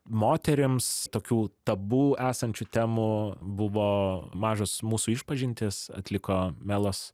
moterims tokių tabu esančių temų buvo mažos mūsų išpažintys atliko melos